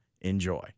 Enjoy